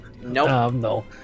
No